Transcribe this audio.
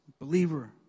believer